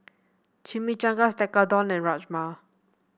Chimichangas Tekkadon and Rajma